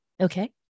Okay